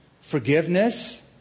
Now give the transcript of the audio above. forgiveness